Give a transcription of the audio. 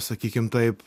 sakykim taip